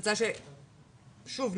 שוב,